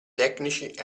tecnici